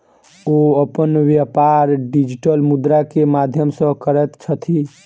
ओ अपन व्यापार डिजिटल मुद्रा के माध्यम सॅ करैत छथि